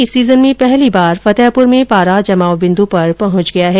इस सीजन में पहली बार फतेहपुर में पारा जमाव बिन्दु पर पहुंच गया है